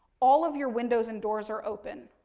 all of your windows and doors are open.